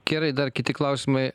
gerai dar kiti klausimai